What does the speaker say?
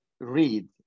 read